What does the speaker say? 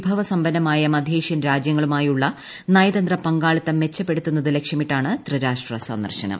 വിഭവസമ്പന്നമായ മദ്ധ്യേഷ്യൻ രാജ്യങ്ങളുമായുള്ള നയതന്ത്ര പങ്കാളിത്തം മെച്ചപ്പെടുത്തുന്നതു ലക്ഷ്യമിട്ടാണ് ത്രിരാഷ്ട്ര സന്ദർശനം